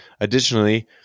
Additionally